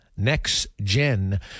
NextGen